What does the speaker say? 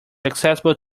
accessible